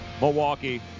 Milwaukee